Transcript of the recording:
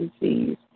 disease